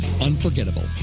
unforgettable